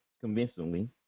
convincingly